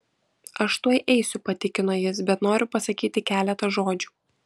aš tuoj eisiu patikino jis bet noriu pasakyti keletą žodžių